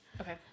Okay